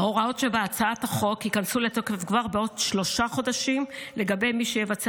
ההוראות שבהצעת החוק ייכנסו לתוקף כבר בעוד שלושה חודשים לגבי מי שיבצע